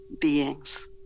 beings